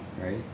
Right